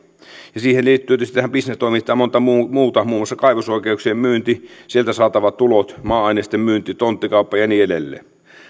tähän bisnestoimintaan liittyy tietysti monta muuta asiaa muun muassa kaivosoikeuksien myynti sieltä saatavat tulot maa ainesten myynti tonttikauppa ja niin edelleen